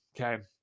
okay